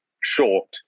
short